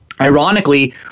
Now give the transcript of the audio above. Ironically